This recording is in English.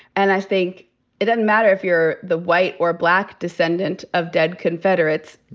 and i think it doesn't matter if you're the white or black descendant of dead confederates.